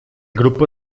grupo